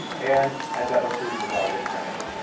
and and um recruit the delegates they need.